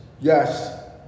Yes